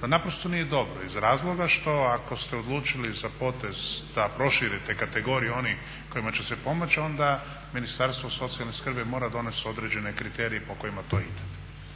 to naprosto nije dobro iz razloga što ako ste odlučili za potez da proširite kategoriju onih kojima će se pomoći, onda Ministarstvo socijalne skrbi mora donijeti određene kriterije po kojima to ide.